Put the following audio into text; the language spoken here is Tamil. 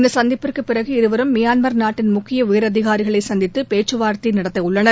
இந்த எந்திப்பிற்கு பிறகு இருவரும் மியான்மர் நாட்டின் முக்கிய உயரதிகாரிகளை சந்தித்து பேச்சு வார்த்தை நடத்த உள்ளனர்